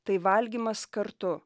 tai valgymas kartu